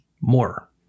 more